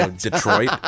Detroit